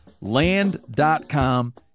Land.com